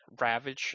ravage